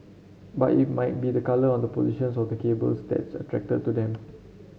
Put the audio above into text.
but it might be the colour on the positions of the cables that's attracted to them